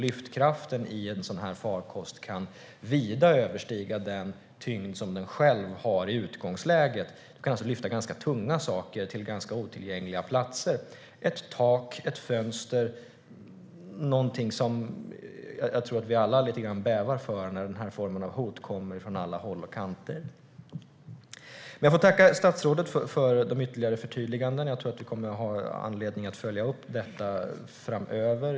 Lyftkraften i en sådan farkost kan vida överstiga den tyngd som den själv har i utgångsläget. Den kan alltså lyfta ganska tunga saker till ganska otillgängliga platser - ett tak eller ett fönster. Det är något som jag tror att vi alla bävar lite för när det kommer hot från alla håll och kanter. Jag får tacka statsrådet för de ytterligare förtydligandena. Jag tror att vi kommer att ha anledning att följa upp detta framöver.